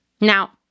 Now